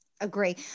Agree